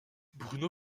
bruno